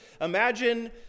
Imagine